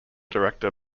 director